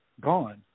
gone